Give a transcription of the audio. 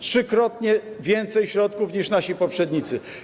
Trzykrotnie więcej środków niż nasi poprzednicy.